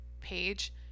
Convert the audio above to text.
page